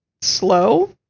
slow